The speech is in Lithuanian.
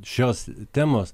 šios temos